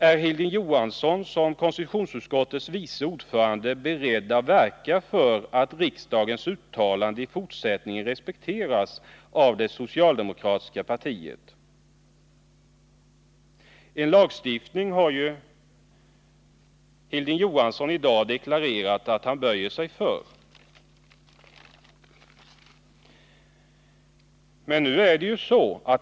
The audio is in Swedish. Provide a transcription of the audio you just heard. Är Hilding Johansson i sin egenskap av konstitutionsutskottets vice ordförande beredd att verka för att riksdagens uttalanden i fortsättningen respekteras av det socialdemokratiska partiet? En lagstiftning har ju Hilding Johansson i dag deklarerat att han böjer sig för.